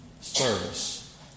service